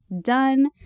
done